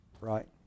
Right